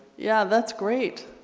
yeah that's great.